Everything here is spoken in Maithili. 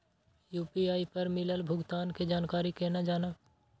यू.पी.आई पर मिलल भुगतान के जानकारी केना जानब?